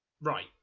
right